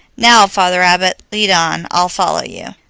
now, father abbot, lead on, i'll follow you.